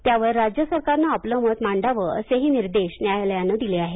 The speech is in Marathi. त्यावर राज्य सरकारनं आपलं मत मांडावं असेही निर्देश न्यायालयानं दिले आहेत